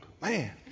Man